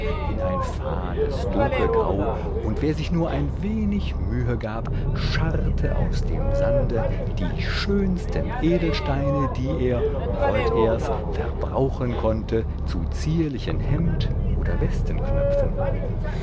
in ein fahles dunkelgrau und wer sich nur ein wenig mühe gab scharrte aus dem sande die schönsten edelsteine die er wollt er's verbrauchen konnte zu zierlichen hemd oder